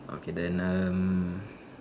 okay then um